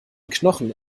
knochen